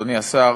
אדוני השר,